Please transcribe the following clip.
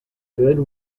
good